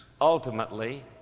ultimately